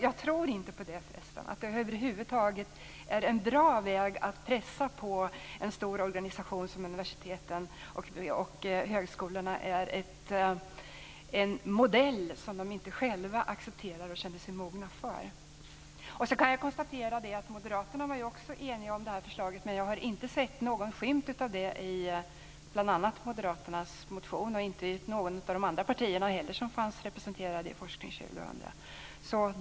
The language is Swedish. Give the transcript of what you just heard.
Jag tror inte att det är en bra väg att pressa på en stor organisation som universiteten och högskolorna en modell som de inte själva accepterar och känner sig mogna för. Sedan kan jag konstatera att Moderaterna ju också var eniga om det här förslaget. Ändå har jag inte sett någon skymt av det i Moderaternas motion, och inte heller i någon motion från något av de andra partier som fanns representerade i Forskning 2000.